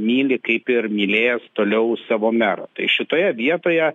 myli kaip ir mylėjęs toliau savo merą tai šitoje vietoje